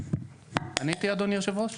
עניתי, אדוני היושב-ראש?